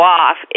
off